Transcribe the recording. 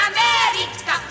America